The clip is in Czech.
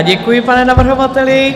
Děkuji, pane navrhovateli.